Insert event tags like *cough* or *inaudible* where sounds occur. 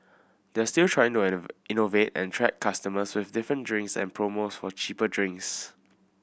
they're still trying to *unintelligible* innovate and attract customers with different drinks and promos for cheaper drinks